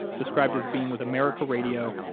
described as being with america radio,